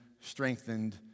strengthened